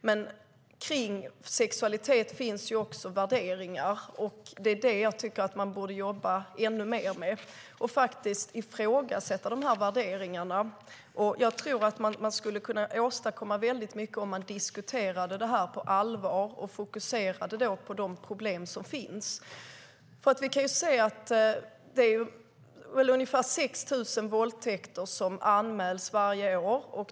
Men kring sexualitet finns det också värderingar, och det borde man jobba ännu mer med - och faktiskt ifrågasätta värderingarna. Jag tror att man skulle kunna åstadkomma mycket om man diskuterade detta på allvar och fokuserade på de problem som finns. Ungefär 6 000 våldtäkter anmäls varje år.